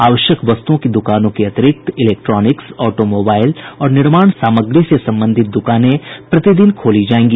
आवश्यक वस्तुओं की दुकानों के अतिरिक्त इलेक्ट्रॉनिक्स ऑटोमाईबाइल और निर्माण सामग्री से संबंधित दुकानें प्रतिदिन खोली जायेंगी